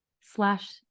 slash